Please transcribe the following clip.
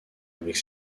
avec